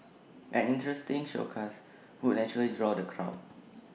an interesting showcase would naturally draw the crowd